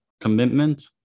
commitment